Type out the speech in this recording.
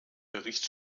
bericht